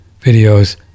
videos